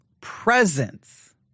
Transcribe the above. presence